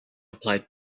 applied